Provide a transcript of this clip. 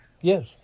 Yes